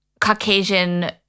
Caucasian